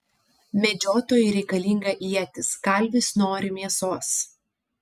medžiotojui reikalinga ietis kalvis nori mėsos